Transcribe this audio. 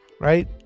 Right